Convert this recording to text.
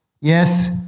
Yes